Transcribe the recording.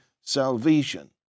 salvation